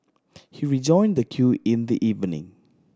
he rejoined the queue in the evening